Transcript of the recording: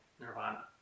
nirvana